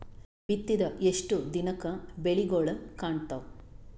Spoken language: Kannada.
ಬಿತ್ತಿದ ಎಷ್ಟು ದಿನಕ ಬೆಳಿಗೋಳ ಕಾಣತಾವ?